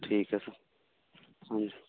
ਠੀਕ ਐ ਸਰ ਹਾਂਜੀ